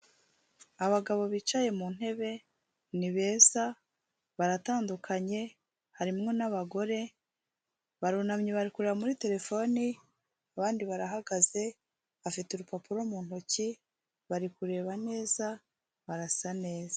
Abagabo bicaye mu ntebe ni beza baratandukanye, harimo nabagore barunamye barikuri muri terefone abandi barahagaze afite urupapuro mu ntoki bari kureba neza barasa neza.